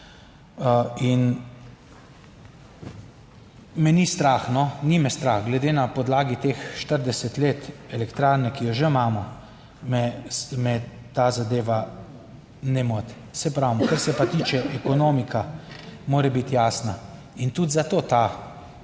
in me ni strah no, ni me strah, glede na podlagi teh 40 let elektrarne, ki jo že imamo, me ta zadeva ne moti. Saj pravim, kar se pa tiče, ekonomika mora biti jasna in tudi zato to